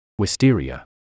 Wisteria